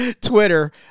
Twitter